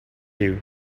you